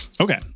Okay